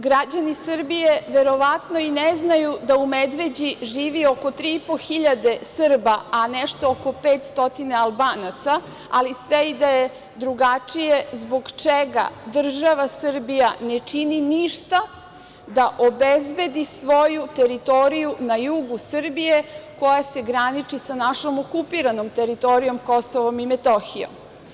Građani Srbije verovatno i ne znaju da u Medveđi živi oko tri i po hiljade Srba, a nešto oko 500 Albanaca, ali sve i da je drugačije, zbog čega država Srbija ne čini ništa da obezbedi svoju teritoriju na jugu Srbije koja se graniči sa našom okupiranom teritorijom Kosovom i Metohijom?